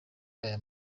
aya